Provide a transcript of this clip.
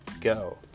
go